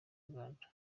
uganda